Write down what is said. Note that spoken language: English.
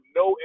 no